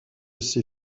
ces